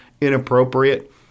inappropriate